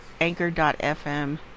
anchor.fm